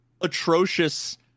atrocious